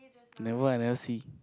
never I never see